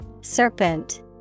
Serpent